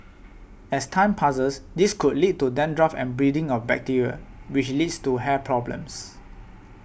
as time passes this could lead to dandruff and breeding of bacteria which leads to hair problems